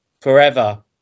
Forever